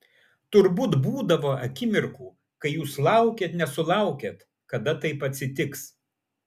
turbūt būdavo akimirkų kai jūs laukėt nesulaukėt kada taip atsitiks